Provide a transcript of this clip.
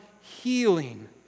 healing